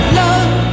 love